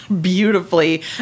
Beautifully